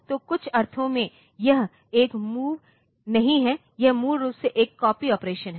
तो कुछ अर्थों में यह एक मूव नहीं है यह मूल रूप से एक कॉपी ऑपरेशन है